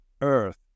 earth